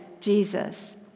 Jesus